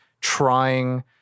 trying